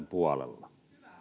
puolella